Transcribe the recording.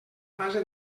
fase